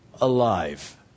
alive